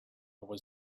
was